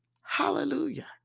Hallelujah